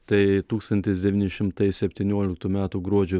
tai tūkstantis devyni šimtai septynioliktų metų gruodžio